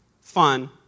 fun